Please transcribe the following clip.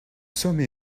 sommes